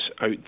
out